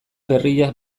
berria